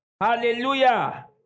Hallelujah